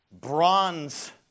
bronze